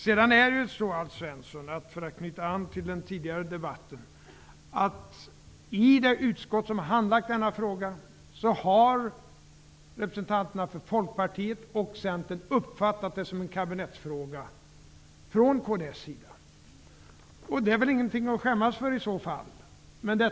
I det utskott där den här frågan handlagts -- för att knyta an till den tidigare debatten -- har representanterna för Folkpartiet och Centern uppfattat det som en kabinettsfråga från kds sida. Det är i så fall ingenting att skämmas över.